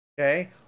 Okay